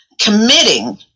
committing